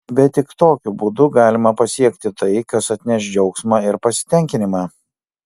bet tik tokiu būdu galima pasiekti tai kas atneš džiaugsmą ir pasitenkinimą